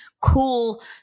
cool